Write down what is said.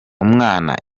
umwana